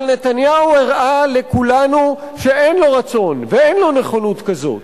אבל נתניהו הראה לכולנו שאין לו רצון ואין לו נכונות כזאת,